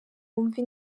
wumve